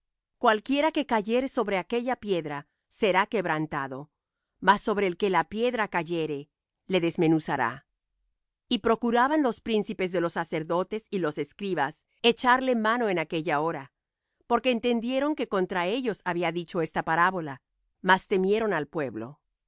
cualquiera que cayere sobre aquella piedra será quebrantado mas sobre el que la piedra cayere le desmenuzará y procuraban los príncipes de los sacerdotes y los escribas echarle mano en aquella hora porque entendieron que contra ellos había dicho esta parábola mas temieron al pueblo